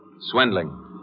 Swindling